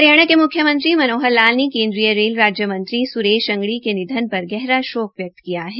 हरियाणा के म्ख्यमंत्री मनोहर लाल ने केन्द्रीय रेल राज्यमंत्री श्री स्रेश अंगड़ी के निधन पर गहरा शोक व्यक्त किया है